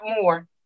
more